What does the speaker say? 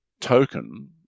token